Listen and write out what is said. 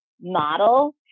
model